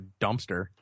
dumpster